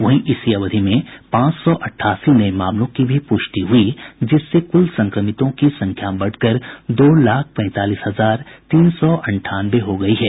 वहीं इसी अवधि में पांच सौ अठासी नये मामलों की भी पुष्टि हुई जिससे कुल संक्रमितों की संख्या बढ़कर दो लाख पैंतालीस हजार तीन सौ अंठानवे हो गयी है